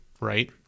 right